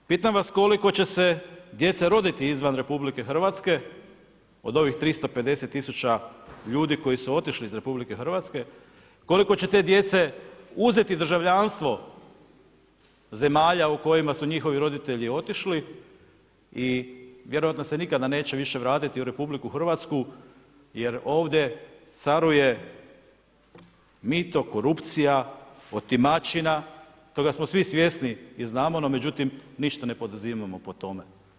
Pitam vas koliko će se djece roditi izvan RH od ovih 350.000 ljudi koji su otišli iz RH, koliko će te djece uzeti državljanstvo zemalja u kojima su njihovi roditelji otišli i vjerojatno se nikada više neće vratiti u RH jer ovdje caruje mito, korupcija, otimačina toga smo svi svjesni i znamo, no međutim ništa ne poduzimamo po tome.